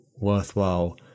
worthwhile